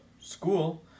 school